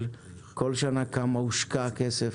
בכל שנה כמה כסף הושקע,